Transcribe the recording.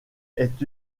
est